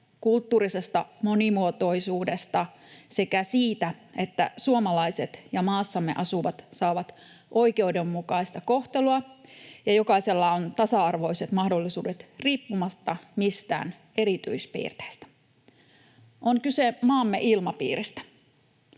kulttuurisesta monimuotoisuudesta sekä siitä, että suomalaiset ja maassamme asuvat saavat oikeudenmukaista kohtelua ja jokaisella on tasa-arvoiset mahdollisuudet riippumatta mistään erityis-piirteistä. On kyse maamme ilmapiiristä,